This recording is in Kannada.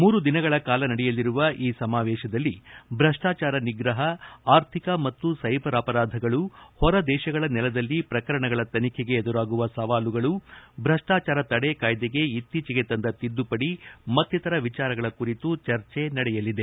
ಮೂರು ದಿನಗಳ ಕಾಲ ನಡೆಯಲಿರುವ ಈ ಸಮಾವೇಶದಲ್ಲಿ ಭ್ರಷ್ಲಾಚಾರ ನಿಗ್ರಹ ಆರ್ಧಿಕ ಮತ್ತು ಸೈಬರ್ ಅಪರಾಧಗಳು ಹೊರ ದೇಶಗಳ ನೆಲದಲ್ಲಿ ಪ್ರಕರಣಗಳ ತನಿಖೆಗೆ ಎದುರಾಗುವ ಸವಾಲುಗಳು ಭ್ರಷ್ಟಾಚಾರ ತಡೆ ಕಾಯ್ದೆಗೆ ಇತ್ತೀಚೆಗೆ ತಂದ ತಿದ್ದುಪಡಿ ಮತ್ತಿತರ ವಿಚಾರಗಳ ಕುರಿತು ಚರ್ಚೆ ನಡೆಯಲಿದೆ